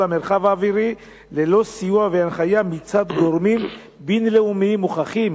המרחב האוויר ללא סיוע והנחיה מצד גורמים בין-לאומיים מוכחים.